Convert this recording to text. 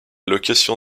location